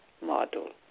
model